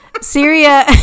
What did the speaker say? syria